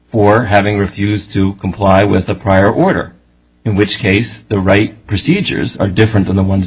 for having refused to comply with a prior order in which case the right procedures are different than the ones